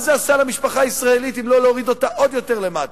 מה זה עשה למשפחה הישראלית אם לא להוריד אותה עוד יותר למטה,